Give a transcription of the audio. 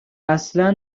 اصلا